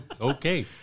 Okay